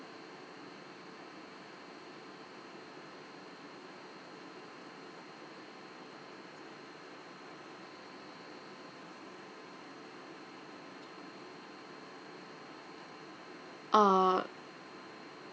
uh